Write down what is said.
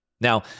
Now